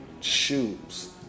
shoes